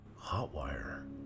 Hotwire